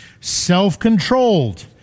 Self-controlled